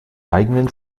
eigenen